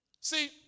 See